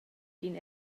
d’in